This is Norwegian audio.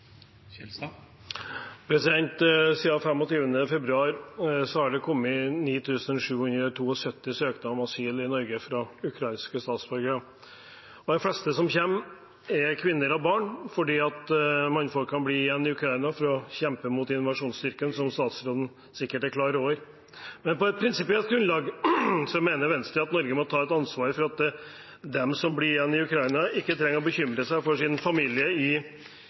februar har det kommet 9 772 søknader om asyl i Norge fra ukrainske statsborgere. De fleste som kommer, er kvinner og barn, for mannfolkene blir igjen i Ukraina for å kjempe mot invasjonsstyrken, som statsråden sikkert er klar over. Men på et prinsipielt grunnlag mener Venstre at Norge må ta et ansvar for at de som blir igjen i Ukraina, ikke trenger å bekymre seg for sin familie i